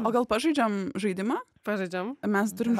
o gal pažaidžiam žaidimą pažaidžiam mes turim